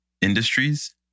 industries